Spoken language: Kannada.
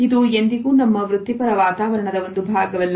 ಇದು ಎಂದಿಗೂ ನಮ್ಮ ವೃತ್ತಿಪರ ವಾತಾವರಣದ ಒಂದು ಭಾಗವಲ್ಲ